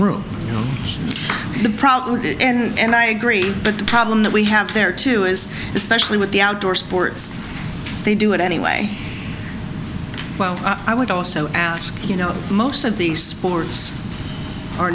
room you know the problem and i agree but the problem that we have there too is especially with the outdoor sports they do it anyway well i would also ask you know most of these sports are